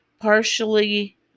partially